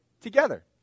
together